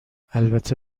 البته